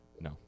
No